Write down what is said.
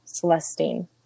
Celestine